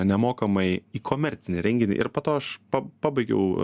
nemokamai į komercinį renginį ir po to aš pa pabaigiau